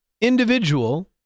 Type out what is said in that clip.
individual